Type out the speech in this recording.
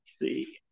see